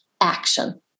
action